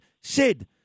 Sid